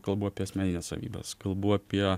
kalbu apie asmenines savybes kalbu apie